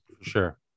Sure